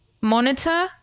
monitor